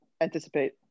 anticipate